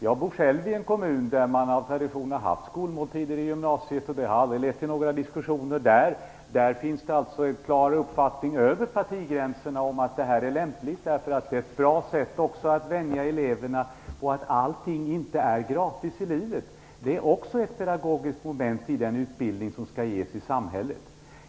Jag bor själv i en kommun där man av tradition har haft skolmåltidsavgifter i gymnasiet, och det har aldrig lett till några diskussioner. Det finns där en klar uppfattning över partigränserna att det är lämpligt. Det är också ett bra sätt att vänja eleverna vid att allting i livet inte är gratis. Det är också ett pedagogiskt moment i den utbildning som skall ges i samhället.